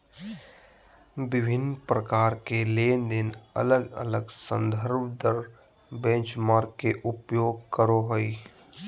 विभिन्न प्रकार के लेनदेन अलग अलग संदर्भ दर बेंचमार्क के उपयोग करो हइ